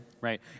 Right